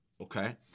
okay